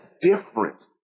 different